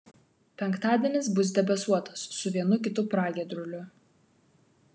penktadienis bus debesuotas su vienu kitu pragiedruliu